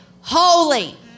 holy